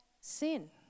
sin